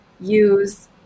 use